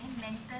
Mental